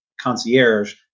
concierge